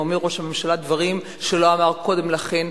ואומר ראש הממשלה דברים שלא אמר קודם לכן,